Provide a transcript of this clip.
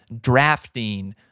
drafting